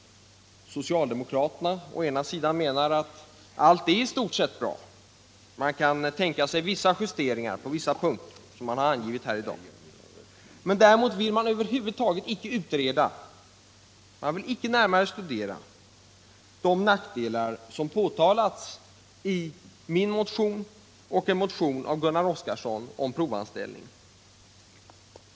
Socialdemokraterna å ena sidan menar att allt i stort sett är bra. De kan tänka sig justeringar på vissa punkter som angivits här i dag. Däremot vill de över huvud taget icke utreda, icke närmare studera de nackdelar som påtalats i min motion och i en motion av Gunnar Oskarson om provanställning.